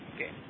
Okay